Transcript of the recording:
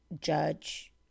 judge